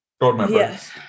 Yes